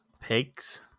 Pigs